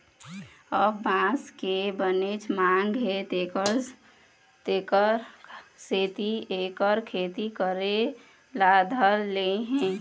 अब बांस के बनेच मांग हे तेखर सेती एखर खेती करे ल धर ले हे